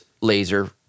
laser